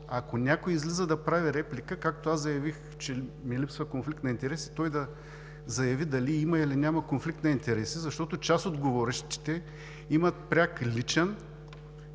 ако някой излиза да прави реплика, както заявих, че ми липсва конфликт на интереси, той да заяви дали има, или няма конфликт на интереси, защото част от говорещите имат пряк, личен,